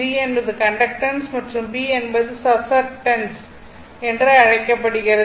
g என்பது conductance என்றும் b என்பது சசெப்டன்ஸ் என்றும் அழைக்கப்படுகிறது